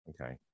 Okay